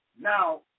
Now